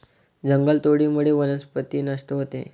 जंगलतोडीमुळे वनस्पती नष्ट होते